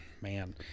man